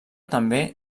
també